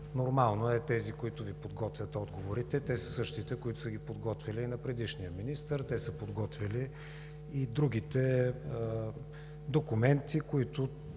нормално тези, които Ви подготвят отговорите – те са същите, които са ги подготвяли и на предишния министър, те са подготвяли и другите документи, които